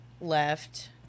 left